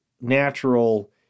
natural